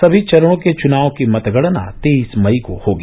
सभी चरणों के चुनाव की मतगणना तेईस मई को होगी